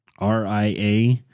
RIA